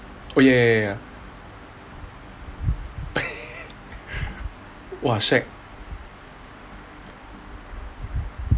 oh ya ya ya !wah! shag